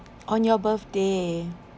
on your birthday